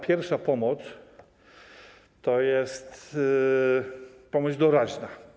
Pierwsza pomoc to jest pomoc doraźna.